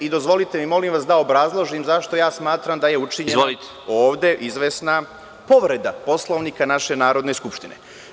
Dozvolite mi, molim vas, da obrazložim zašto smatram da je učinjena ovde izvesna povreda Poslovnika naše Narodne skupštine.